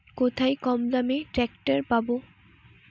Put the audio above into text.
কোথায় কমদামে ট্রাকটার পাব?